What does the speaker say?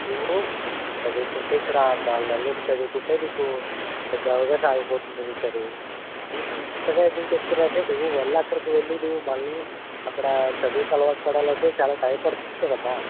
నువ్వు చదువుకుంటే ఇక్కడ నాలుగు నెలలు ఉండి చదుకుంటే నీకు సజావుగా సాగిపోతుంది నీ చదువు నీకు ఇంతగా ఎందుకు చెప్తున్నానంటే నువ్వు మళ్ళా అక్కడికెళ్లి నువ్వు మళ్ళి అక్కడ చదువుకి అలవాటు పడాలి అంటే చాలా టైము పడుతుంది కదమ్మా